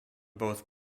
both